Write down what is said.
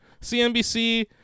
CNBC